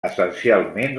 essencialment